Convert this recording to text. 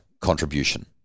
contribution